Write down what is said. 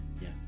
Yes